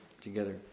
together